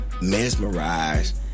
mesmerized